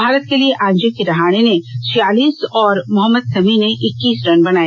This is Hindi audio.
भारत के लिए अजिंक्य रहाणे ने छियालीस और मोहम्मद समी ने इक्कीस रन बनाए